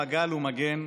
למגל ומגן: